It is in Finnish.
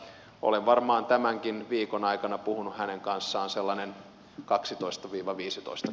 olen varmaan tämänkin viikon aikana puhunut hänen kanssaan sellanen kaksitoista viva viisitoista